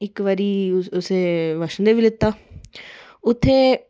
इक बारी असें गी वैश्णो देवी लैता उत्थै